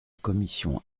commission